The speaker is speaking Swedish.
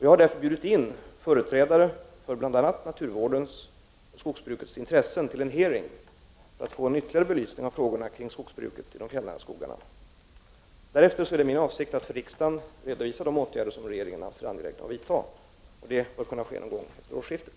Jag har därför bjudit in företrädare för bl.a. naturvårdens och skogsbrukets intressen till en hearing för att få en ytterligare belysning av frågorna kring skogsbruket i de fjällnära skogarna. Därefter är det min avsikt att för riksdagen redovisa de åtgärder som regeringen anser angelägna att vidta. Detta bör kunna ske någon gång efter årsskiftet.